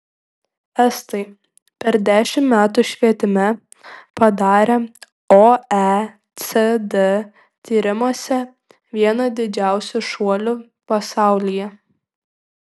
estai per dešimt metų švietime padarė oecd tyrimuose vieną didžiausių šuolių pasaulyje